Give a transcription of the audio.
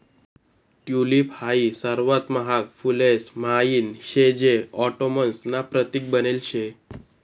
tulip हाई सर्वात महाग फुलेस म्हाईन शे जे ऑटोमन्स ना प्रतीक बनेल शे